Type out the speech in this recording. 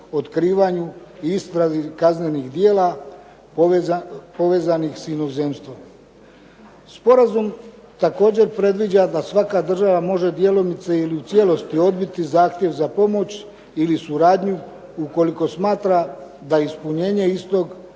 otkrivanju i ispravi kaznenih djela povezanih s inozemstvom. Sporazum također predviđa da svaka država može djelomice ili u cijelosti odbiti zahtjev za pomoć ili suradnju, ukoliko smatra da ispunjenje istog